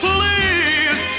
Please